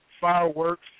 fireworks